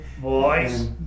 Boys